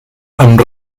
amb